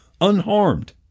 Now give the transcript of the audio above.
unharmed